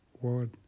word